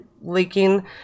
leaking